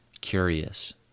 curious